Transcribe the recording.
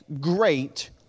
great